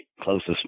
closest